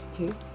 okay